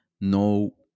no